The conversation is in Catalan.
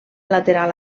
lateral